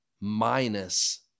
minus